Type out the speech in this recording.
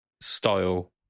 style